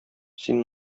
син